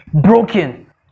broken